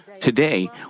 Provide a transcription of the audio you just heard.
Today